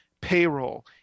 Payroll